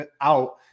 out